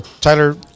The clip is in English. Tyler